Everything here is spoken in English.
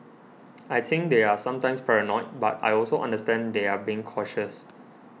I think they're sometimes paranoid but I also understand they're being cautious